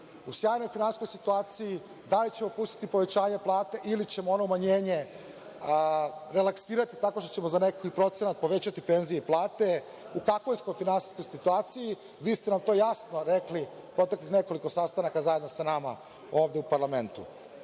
u stabilnoj finansijskoj situaciji, da li ćemo pustiti povećanje plata ili ćemo ono umanjenje relaksirati tako što ćemo za neki procenat povećati penzije i plate. U takvoj smo finansijskoj situaciji, vi ste nam to jasno rekli na proteklih nekoliko sastanaka zajedno sa nama ovde u parlamentu. Ali